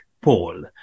Paul